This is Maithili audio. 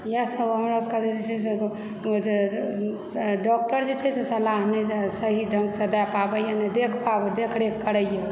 इएहसभ हमरा सभकेँ जे छै से डॉक्टर जे छै से सलाह नहि सही ढ़ंगसँ दय पाबैए नहि देख रेख करैए